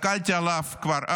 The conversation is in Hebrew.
הסתכלתי עליו כבר אז,